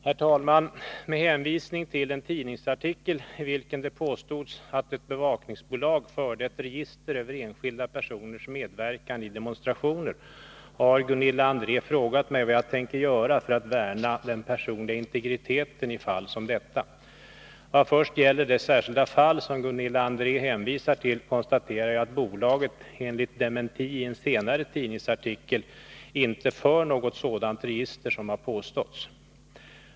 Herr talman! Med hänvisning till en tidningsartikel i vilken det påstods att ett bevakningsbolag förde ett register över enskilda personers medverkan i demonstrationer har Gunilla André frågat mig vad jag tänker göra för att värna den personliga integriteten i fall som detta. Vad först gäller det särskilda fall som Gunilla André hänvisar till, konstaterar jag att bolaget enligt dementi i en senare tidningsartikel inte för något sådant register som har påståtts.